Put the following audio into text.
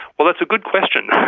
well, that's a good question.